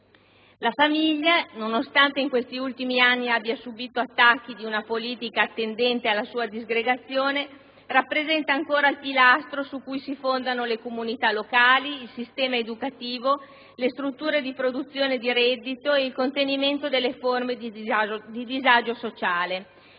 La famiglia, nonostante in questi ultimi anni abbia subito attacchi da parte di una politica tendente alla sua disgregazione, rappresenta ancora il pilastro su cui si fondano le comunità locali, il sistema educativo, le strutture di produzione e di reddito e il contenimento delle forme di disagio sociale.